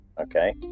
okay